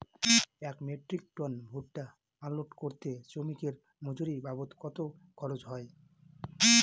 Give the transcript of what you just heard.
এক metric ton ভুট্টা unload করতে শ্রমিকের মজুরি বাবদ কত খরচ হয়?